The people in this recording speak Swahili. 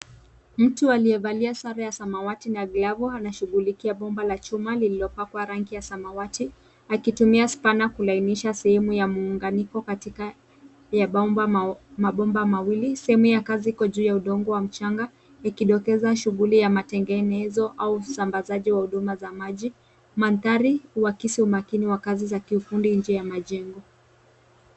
Mtu aliyevalia sare ya samawati na glavu anashughulikia bomba la chuma lililopakwa rangi ya samawati akitumia spana kulainisha sehemu ya muunganiko katika mabomba mawili. Sehemu ya kazi iko juu ya mchanga ikidokeza shughuli ya matengenezo au usambazaji wa huduma za maji. Mandhari huakisi umakini wa kazi za kiufundi nje ya majengo.